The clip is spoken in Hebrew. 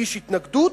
הגיש התנגדות,